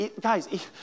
Guys